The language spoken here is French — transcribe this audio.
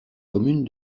commune